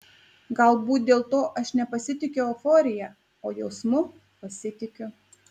galbūt dėl to aš nepasitikiu euforija o jausmu pasitikiu